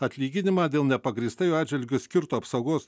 atlyginimą dėl nepagrįstai juo atžvilgiu skirto apsaugos